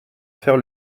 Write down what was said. faire